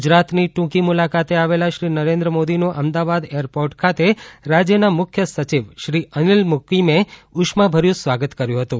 ગુજરાતની ટુકી મુલાકાતે આવેલા શ્રી નરેન્દ્ર મોદીનું અમદાવાદ એરપોર્ટ ખાતે રાજયના મુખ્ય સચિવશ્રી અનીલ મુકીમે ઉષ્માભર્યુ સ્વાગત કર્યુ હતુ